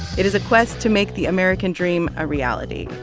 it is a quest to make the american dream a reality,